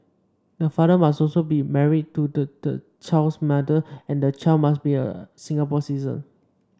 the father must also be married to the the child's mother and the child must be a Singapore citizen